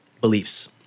beliefs